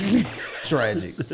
Tragic